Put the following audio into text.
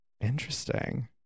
Interesting